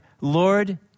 lord